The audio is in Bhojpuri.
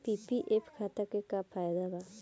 पी.पी.एफ खाता के का फायदा बा?